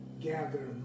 gather